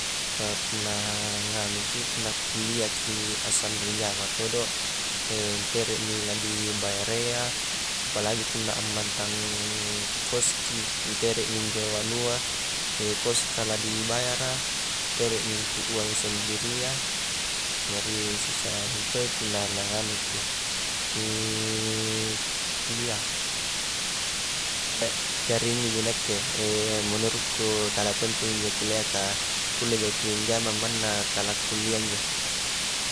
Ka punna nganuki, punna kuliahki assambil njama todo nteremi la dibayarria, apalagi punna ammantang koski, anteremi injo anua koska la dibayara, teremi uang untuk sendiria, jari susah mintoi punna la nganuki kuliah, jari injoji nakke menurutku tala penting injo kuliah, ka kulle jaki njama manna tala kuliah njo